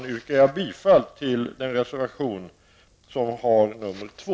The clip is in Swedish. Jag yrkar bifall till reservation 2.